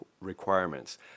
requirements